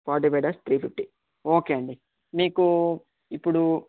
forty five dash three fifty okay అండి మీకు ఇప్పుడు